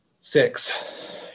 six